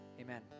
Amen